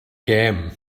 gêm